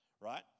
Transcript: right